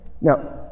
Now